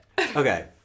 Okay